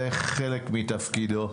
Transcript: זה חלק מתפקידו.